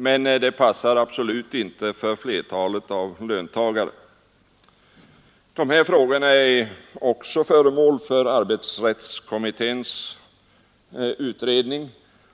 Men det passar absolut inte flertalet av löntagarna. Dessa frågor är också föremål för arbetsrättskommitténs utredning,